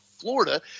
Florida